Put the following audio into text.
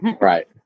Right